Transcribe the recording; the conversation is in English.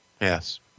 yes